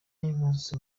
y’umunsi